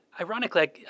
ironically